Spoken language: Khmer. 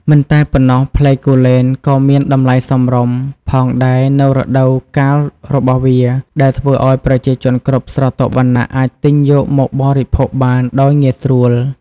មិនតែប៉ុណ្ណោះ ផ្លែគូលែនក៏មាន តម្លៃសមរម្យ ផងដែរនៅរដូវកាលរបស់វា ដែលធ្វើឲ្យប្រជាជនគ្រប់ស្រទាប់វណ្ណៈអាចទិញយកមកបរិភោគបានដោយងាយស្រួល។